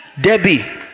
Debbie